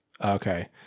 Okay